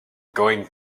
going